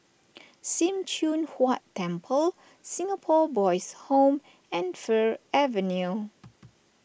Sim Choon Huat Temple Singapore Boys' Home and Fir Avenue